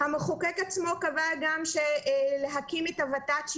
המחוקק עצמו קבע גם להקים את הות"ת,